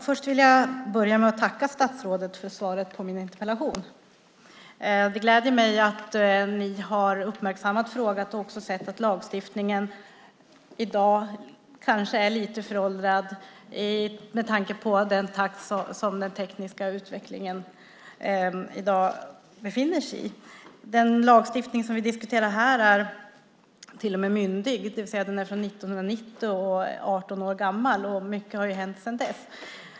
Herr talman! Jag börjar med att tacka statsrådet för svaret på min interpellation. Det gläder mig att ni har uppmärksammat detta och också sett att lagstiftningen i dag kanske är lite föråldrad med tanke på takten i den tekniska utvecklingen. Den lagstiftning som vi diskuterar här är till och med myndig, det vill säga att den är från 1990 och 18 år gammal, och mycket har hänt sedan dess.